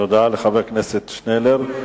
תודה לחבר הכנסת שנלר.